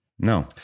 No